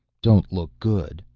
don't look good.